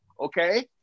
okay